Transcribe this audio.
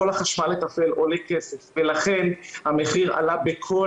כל החשמל לתפעל עולה כסף ולכן המחיר עלה בכל